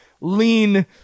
lean